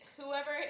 Whoever